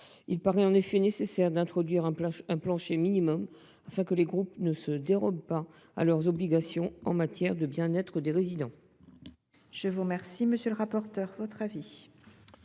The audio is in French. Il paraît en effet nécessaire d’introduire un plancher minimal, afin que les groupes ne se dérobent pas à leurs obligations en matière de bien être des résidents.